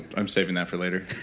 i'm saving that for later.